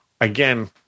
Again